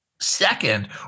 Second